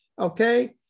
Okay